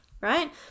right